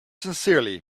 sincerely